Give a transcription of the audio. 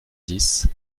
dix